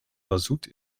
mazout